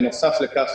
בנוסף לכך